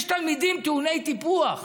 יש תלמידים טעוני טיפוח,